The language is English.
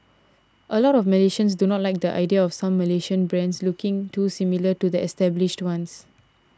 a lot of Malaysians do not like the idea of some Malaysian brands looking too similar to the established ones